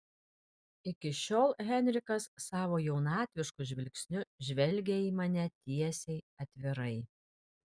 iki šiol henrikas savo jaunatvišku žvilgsniu žvelgė į mane tiesiai atvirai